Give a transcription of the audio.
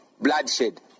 bloodshed